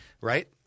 right